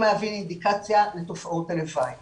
אני